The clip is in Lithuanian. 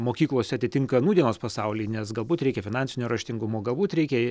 mokyklose atitinka nūdienos pasaulį nes galbūt reikia finansinio raštingumo galbūt reikia